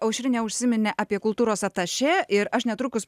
aušrinė užsiminė apie kultūros atašė ir aš netrukus